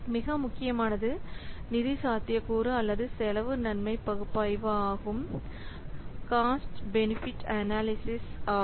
மிக முக்கியமானது நிதி சாத்தியக்கூறு அல்லது காஸ்ட் பெனிபிட் அனாலிசிஸ் ஆகும்